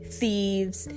thieves